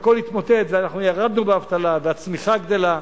שהכול יתמוטט, ואנחנו ירדנו באבטלה והצמיחה גדלה.